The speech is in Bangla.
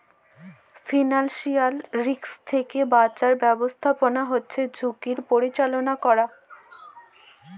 ফিল্যালসিয়াল রিস্ক থ্যাইকে বাঁচার ব্যবস্থাপলা হছে ঝুঁকির পরিচাললা ক্যরে